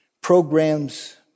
programs